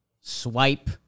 swipe